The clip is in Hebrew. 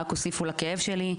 רק הוסיפו לכאב שלי.